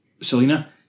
Selena